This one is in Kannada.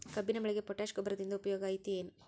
ಕಬ್ಬಿನ ಬೆಳೆಗೆ ಪೋಟ್ಯಾಶ ಗೊಬ್ಬರದಿಂದ ಉಪಯೋಗ ಐತಿ ಏನ್?